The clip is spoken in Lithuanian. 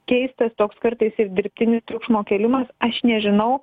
keistas toks kartais ir dirbtinio triukšmo kėlimas aš nežinau